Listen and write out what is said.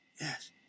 yes